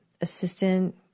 assistant